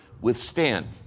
withstand